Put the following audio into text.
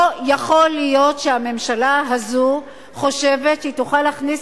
לא יכול להיות שהממשלה הזו חושבת שהיא תוכל להכניס